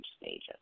stages